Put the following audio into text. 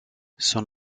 son